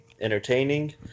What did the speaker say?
entertaining